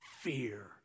fear